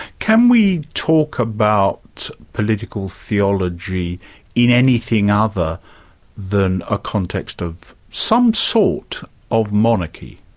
can we talk about political theology in anything other than a context of some sort of monarchy?